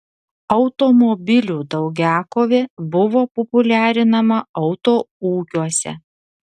automobilių daugiakovė buvo populiarinama autoūkiuose